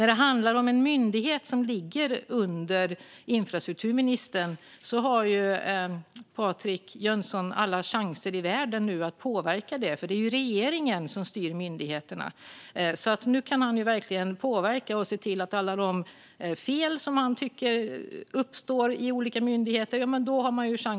När det handlar om en myndighet som ligger under infrastrukturministern har Patrik Jönsson nu alla chanser i världen att påverka den, för det är ju regeringen som styr myndigheterna. Nu kan han alltså verkligen påverka. Nu har han chansen att rätta till alla de fel han tycker uppstår i olika myndigheter.